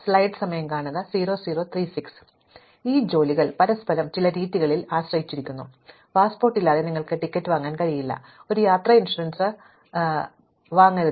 ഇപ്പോൾ ഈ ജോലികൾ പരസ്പരം ചില രീതികളിൽ ആശ്രയിച്ചിരിക്കുന്നു പാസ്പോർട്ട് ഇല്ലാതെ നിങ്ങൾക്ക് ടിക്കറ്റ് വാങ്ങാൻ കഴിയില്ല ഒരു യാത്രാ ഇൻഷുറൻസും വാങ്ങരുത്